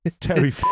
Terry